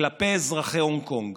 כלפי אזרחי הונג קונג.